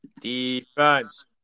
Defense